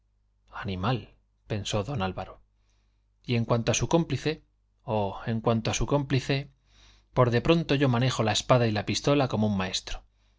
daba una sangría suelta animal pensó don álvaro y en cuanto a su cómplice oh en cuanto a su cómplice por de pronto yo manejo la espada y la pistola como un maestro